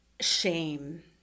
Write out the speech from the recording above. shame